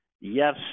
Yes